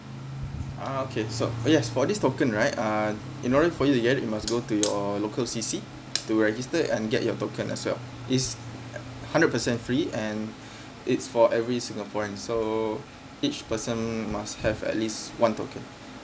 ah okay so uh yes for this token right uh in order for you to get you must go to your local C_C to register and get your token as well it's hundred percent free and it's for every singaporean so each person must have at least one token